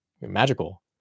magical